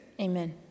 Amen